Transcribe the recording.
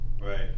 Right